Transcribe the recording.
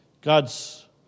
God's